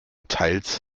teils